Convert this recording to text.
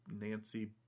Nancy